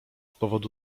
powodu